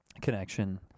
connection